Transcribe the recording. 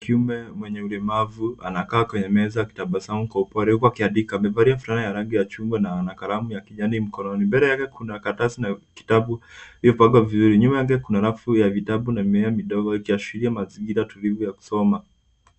Kiume mwenye ulemavu amekaa kwenye meza akitabasamu kwa upole huku akiandika. Amevalia fulana ya rangi ya chungwa na ana kalamu ya kijani mkononi. Mbele yake kuna karatasi na kitabu iliyopangwa vizuri. Nyuma yake kuna rafu ya vitabu na mimea midogo ikiashiria mazingira tulivu ya kusoma.